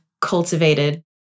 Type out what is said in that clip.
cultivated